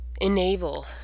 enable